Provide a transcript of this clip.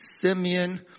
Simeon